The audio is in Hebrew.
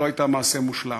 לא הייתה מעשה מושלם.